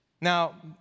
Now